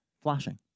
Flashing